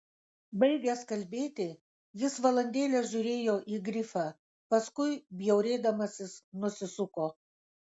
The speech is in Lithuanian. baigęs kalbėti jis valandėlę žiūrėjo į grifą paskui bjaurėdamasis nusisuko